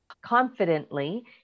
confidently